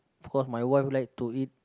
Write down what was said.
because my wife like to eat